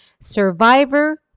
survivor